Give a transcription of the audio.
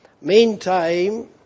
Meantime